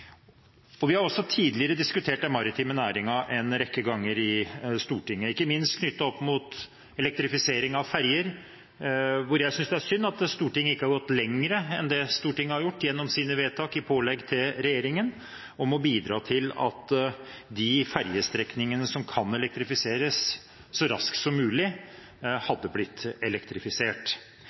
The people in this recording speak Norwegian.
Vi har tidligere diskutert den maritime næringen en rekke ganger i Stortinget, ikke minst knyttet opp mot elektrifisering av ferjer. Jeg synes det er synd at Stortinget ikke har gått lenger enn det Stortinget har gjort gjennom sine vedtak i form av pålegg til regjeringen om å bidra til at de ferjestrekningene som kan elektrifiseres, så raskt som mulig hadde blitt elektrifisert.